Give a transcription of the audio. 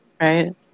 Right